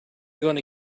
gonna